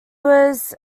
was